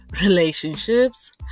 relationships